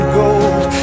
gold